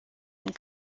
and